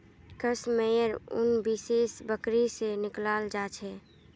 कश मेयर उन विशेष बकरी से निकलाल जा छे